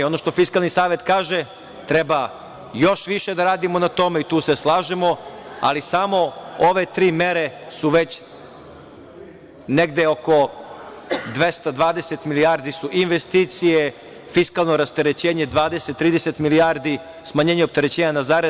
Ono što Fiskalni savet kaže, treba još više da radimo na tome i tu se slažemo, ali samo ove tri mere su već negde oko 220 milijardi su investicije, fiskalno rasterećenje 20, 30 milijardi, smanjenje opterećenja na zarade.